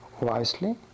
Wisely